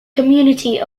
community